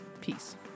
Peace